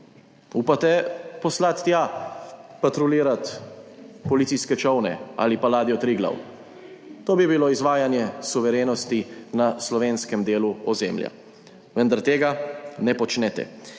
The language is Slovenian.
Upate poslati tja patruljirati policijske čolne ali pa ladjo Triglav? To bi bilo izvajanje suverenosti na Slovenskem delu ozemlja. Vendar tega ne počnete.